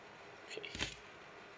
okay